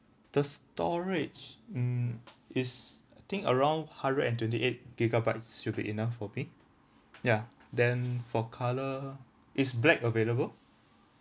the storage mm is I think around hundred and twenty eight gigabytes should be enough for me ya then for colour is black available